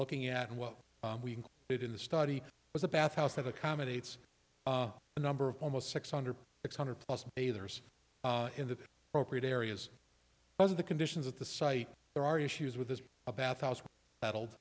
looking at what we did in the study was a bath house that accommodates a number of almost six hundred six hundred plus bathers in the appropriate areas of the conditions at the site there are issues with his a bath house that